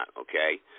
okay